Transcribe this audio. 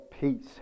peace